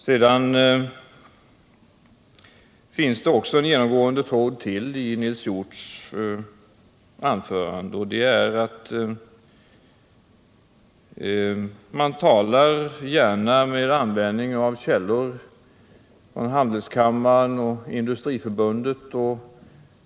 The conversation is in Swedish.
Det finns ytterligare en genomgående tråd i Nils Hjorths anförande, och det är att han gärna använder sig av källor som handelskammaren och Industriförbundet när han talar.